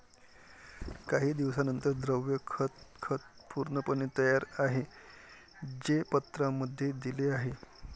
काही दिवसांनंतर, द्रव खत खत पूर्णपणे तयार आहे, जे पत्रांमध्ये दिले आहे